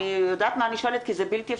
אני יודעת מה אני שואלת כי זה בלתי אפשרי.